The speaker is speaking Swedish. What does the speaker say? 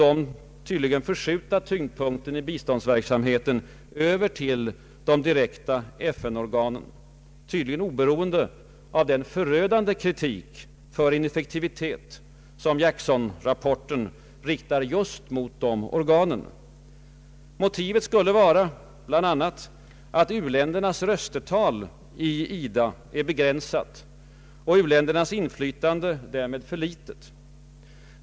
det statliga utvecklingsbiståndet de tydligen förskjuta tyngdpunkten i biståndsverksamheten över till de direkta FN-organen — tydligen oberoende av den förödande kritik för ineffektivitet som Jacksonrapporten riktar mot just de organen. Motivet skulle vara bl.a. att u-ländernas röstetal i IDA är begränsat och u-ländernas inflytande därmed för litet.